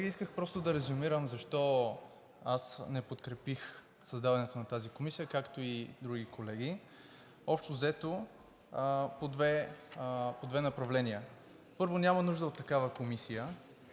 исках да резюмирам защо аз не подкрепих създаването на тази комисия, както и други колеги. Общо взето по две направления. Първо, няма нужда от такава комисия,